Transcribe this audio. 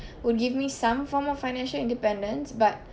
would give me some form of financial independence but